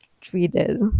treated